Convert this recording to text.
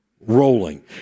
rolling